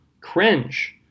Cringe